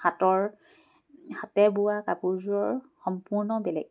হাতৰ হাতে বোৱা কাপোৰযোৰৰ সম্পূৰ্ণ বেলেগ